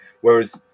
Whereas